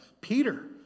Peter